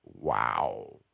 wow